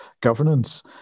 governance